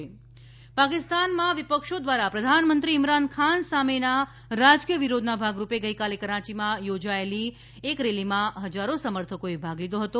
પાકિસ્તાન દેખાવો પાકિસ્તાનમાં વિપક્ષો દ્વારા પ્રધાનમંત્રી ઈમરાન ખાન સામેના રાજકીય વિરોધના ભાગરૂપે ગઈકાલે કરાંચીમાં યોજાયેલી એક રેલીમાં હજારો સમર્થકોએ ભાગ લીધો હતો